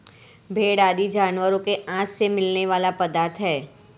भेंड़ आदि जानवरों के आँत से मिलने वाला पदार्थ है